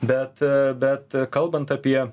bet bet kalbant apie